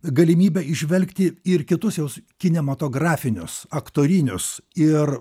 galimybę įžvelgti ir kitus jos kinematografinius aktorinius ir